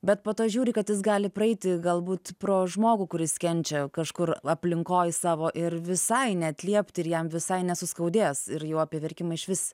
bet po to žiūri kad jis gali praeiti galbūt pro žmogų kuris kenčia kažkur aplinkoj savo ir visai neatliepti ir jam visai nesuskaudės ir jau apie verkimą išvis